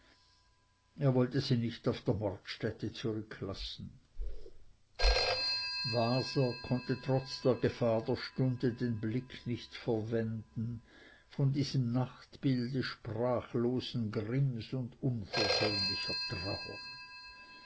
er wollte sie nicht auf der mordstätte zurücklassen waser konnte trotz der gefahr der stunde den blick nicht verwenden von diesem nachtbilde sprachlosen grimms und unversöhnlicher trauer